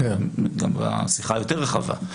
זה היה גם בשיחה היותר רחבה.